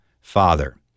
Father